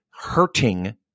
hurting